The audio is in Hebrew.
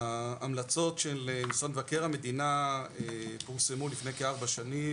ההמלצות של משרד מבקר המדינה פורסמו לפני כ- 4 שנים,